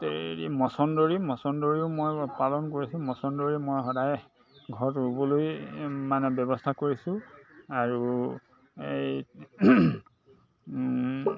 মচন্দৰী মচন্দৰীও মই পালন কৰিছোঁ মচন্দৰী মই সদায় ঘৰত ৰুবলৈ মানে ব্যৱস্থা কৰিছোঁ আৰু এই